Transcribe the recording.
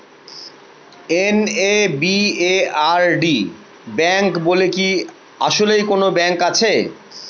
NABARD bank বলে কি আসলেই কোনো ব্যাংক আছে?